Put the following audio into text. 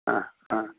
ಹಾಂ ಹಾಂ